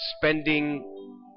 spending